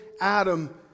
Adam